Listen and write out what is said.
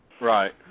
Right